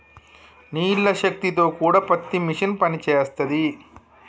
నీళ్ల శక్తి తో కూడా పత్తి మిషన్ పనిచేస్తది